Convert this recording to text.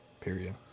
period